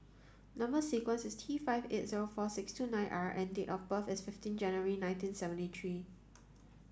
number sequence is T five eight zero four six two nine R and date of birth is fifteen January nineteen seventy three